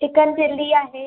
chicken chilli आहे